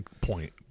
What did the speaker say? point